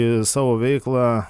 į savo veiklą